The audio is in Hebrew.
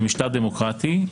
במשטר דמוקרטי,